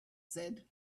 said